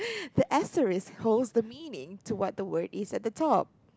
the asterisk holds the meaning to what the word is at the top